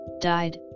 died